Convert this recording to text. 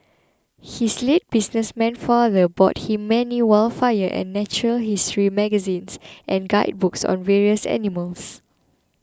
his late businessman father bought him many wildfire and natural history magazines and guidebooks on various animals